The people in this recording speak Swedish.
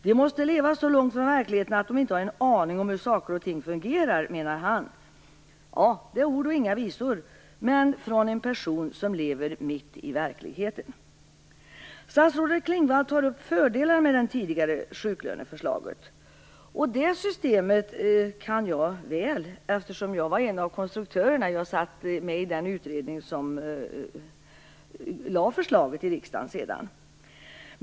De måste leva så långt från verkligheten att de inte har en aning om hur saker och ting fungerar, menar han. Det är ord och inga visor från en person som lever mitt i verkligheten. Statsrådet Klingvall tar upp fördelar med det tidigare sjuklöneförslaget. Det systemet kan jag väl, eftersom jag var en av konstruktörerna. Jag satt med i den utredning som lade fram förslaget för riksdagen.